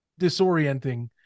disorienting